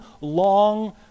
long